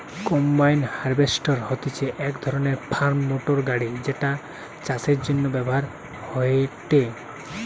combine harvester হতিছে এক ধরণের ফার্ম মোটর গাড়ি যেটা চাষের জন্য ব্যবহার হয়েটে